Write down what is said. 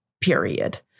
period